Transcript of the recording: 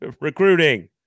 Recruiting